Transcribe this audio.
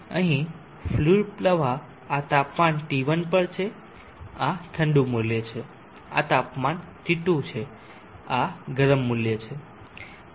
અહીં ફ્લુઇડ પ્રવાહ આ તાપમાન T1 પર છે આ ઠંડુ મૂલ્ય છે આ તાપમાન T2 છે આ ગરમ મૂલ્ય છે